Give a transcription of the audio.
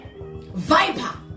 viper